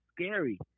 scary